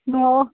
न'आव